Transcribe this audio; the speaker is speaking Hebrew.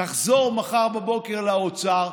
תחזור מחר בבוקר לאוצר,